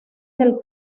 del